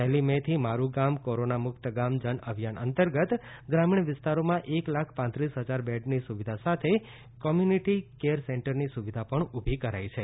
પહેલી મે થી મારુ ગામ કોરોના મુક્ત ગામ જન અભિયાન અંતર્ગત ગ્રામીણ વિસ્તારોમાં એક લાખ પાત્રીસ હજાર બેડની સુવિધા સાથેનાં કોમ્યુનિટી કોવિડ કેર સેન્ટરની સુવિધા પણ ઉભી કરાઈ છે